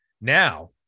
now